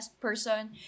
person